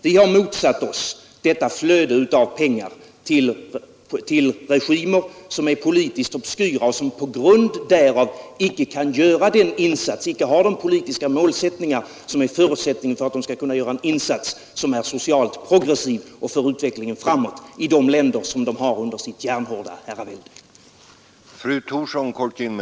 Vi har motsatt oss detta flöde av pengar till regimer som är politiskt obskyra och som på grund därav icke har de politiska målsättningar som är förutsättningen för att de skall kunna göra någon insats som är socialt progressiv och föra utvecklingen framåt i de länder som de har under sitt järnhårda herravälde.